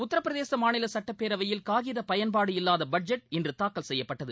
உத்திரபிரதேச மாநில சுட்டப்பேரவையில் காகித பயன்பாடு இல்லாத பட்ஜெட் இன்று தாக்கல் செய்யப்பட்டது